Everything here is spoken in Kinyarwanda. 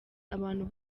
abantu